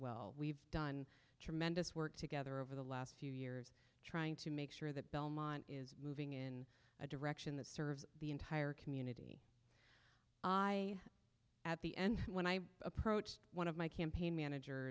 well we've done tremendous work together over the last few years trying to make sure that belmont is moving in a direction that serves the entire community i at the end when i approached one of my campaign